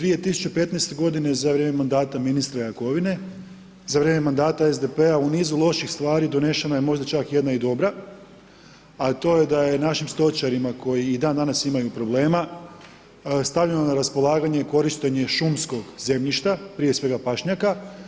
2015. g. za vrijeme mandata ministra Jakovine, za vrijeme mandata SDP-a u nizu loših stvari donešena je možda čak jedna i dobra, a to je da je našim stočarima koji i dan danas imaju problema, stavljeno na raspolaganje korištenje šumskog zemljišta, prije svega pašnjaka.